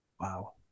Wow